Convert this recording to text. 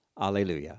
Alleluia